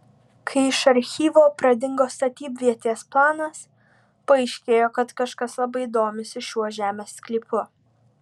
kai iš archyvo pradingo statybvietės planas paaiškėjo kad kažkas labai domisi šiuo žemės sklypu